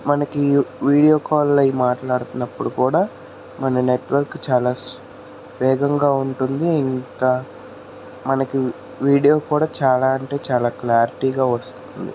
మనకి video call అయ్యి మాట్లాడుతున్నప్పుడు కూడా మన నెట్వర్క్ చాలా వేగంగా ఉంటుంది ఇంకా మనకి వీడియో కూడా చాలా అంటే చాలా క్లారిటీ గా వస్తుంది